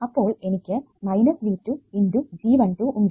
അപ്പോൾ എനിക്ക് V2 × G12 ഉണ്ട്